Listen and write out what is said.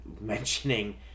mentioning